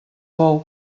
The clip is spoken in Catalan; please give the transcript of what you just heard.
bou